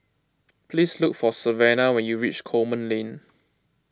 please look for Savannah when you reach Coleman Lane